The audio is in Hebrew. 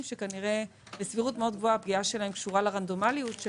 שכנראה בסבירות גבוהה מאוד הפגיעה שלהם קשורה לרנדומליות של